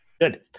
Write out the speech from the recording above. Good